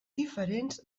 diferents